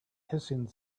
hissing